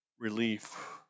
relief